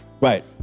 right